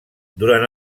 durant